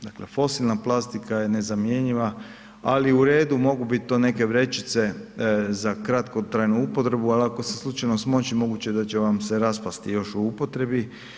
Dakle fosilna plastika je nezamjenjiva, ali uredu mogu biti to neke vrećice za kratkotrajnu upotrebu, ali ako se slučajno smoći moguće da će vam se raspasti još u upotrebi.